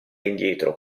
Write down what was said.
indietro